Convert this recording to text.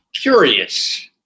Curious